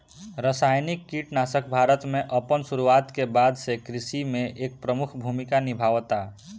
रासायनिक कीटनाशक भारत में अपन शुरुआत के बाद से कृषि में एक प्रमुख भूमिका निभावता